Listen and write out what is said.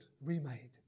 remade